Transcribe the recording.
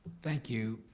thank you.